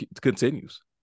continues